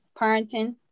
parenting